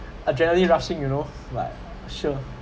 uh adrenaline rushing you know like sure